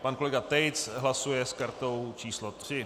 Pan kolega Tejc hlasuje s kartou číslo 3.